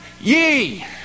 ye